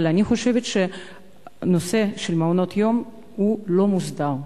אבל אני חושבת שהנושא של מעונות-יום לא מוסדר,